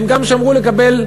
הם גם שמרו לקבל,